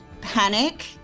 Panic